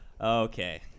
Okay